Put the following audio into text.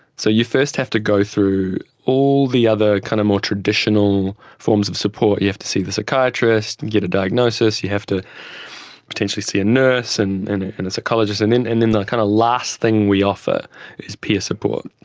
so you first have to go through all the other kind of more traditional forms of support, you have to see the psychiatrist and get a diagnosis, you have to potentially see a nurse and and and a psychologist, and then and then the kind of last thing we offer is peer support.